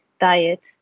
diet